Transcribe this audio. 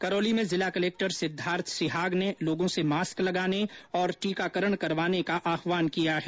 करौली में जिला कलक्टर सिद्वार्थ सिहाग ने लोगों से मास्क लगाने और टीकाकरण करवाने का आहवान किया है